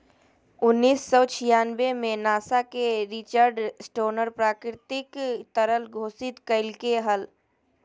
उन्नीस सौ छियानबे में नासा के रिचर्ड स्टोनर प्राकृतिक तरल घोषित कइलके हल